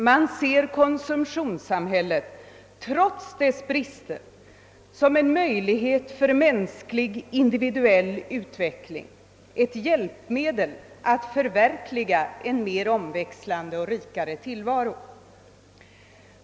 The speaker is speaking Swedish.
Man ser konsumtionssamhället trots dess brister som en möjlighet för mänsklig individuell utveckling, ett hjälpmedel att förverkliga en mer omväxlande och rikare tillvaro.